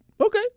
Okay